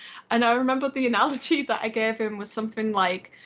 and i remember the analogy that i gave him was something like,